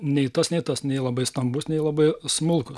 nei tas nei tas nei labai stambus nei labai smulkus